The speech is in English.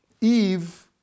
Eve